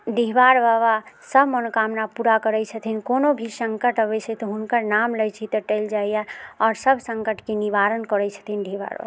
डीहवार बाबा सभ मनोकामना पूरा करैत छथिन कोनो भी सङ्कट अबैत छै तऽ हुनकर नाम लैत छी तऽ टलि जाइए आओर सभ सङ्कटके निवारण करैत छथिन डीहवार बाबा